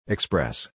Express